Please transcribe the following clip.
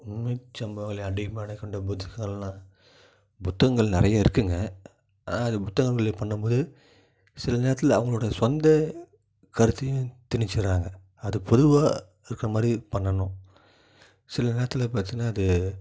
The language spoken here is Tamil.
உண்மைச்சம்பவங்களை அடிப்படையாக கொண்டு புத்தகங்கள்னால் புத்தகங்கள் நிறையா இருக்குங்க ஆனால் அது புத்தகங்களை பண்ணும்போது சில நேரத்தில் அவங்களோட சொந்த கருத்தையும் திணிச்சிடுறாங்க அது பொதுவாக இருக்கற மாதிரி பண்ணணும் சில நேரத்தில் பார்த்தீனா அது